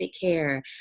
care